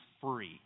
free